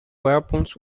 weapons